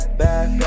back